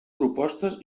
propostes